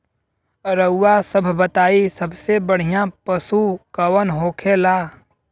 रउआ सभ बताई सबसे बढ़ियां पशु कवन होखेला?